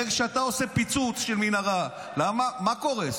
הרי כשאתה עושה פיצוץ של מנהרה, מה קורס?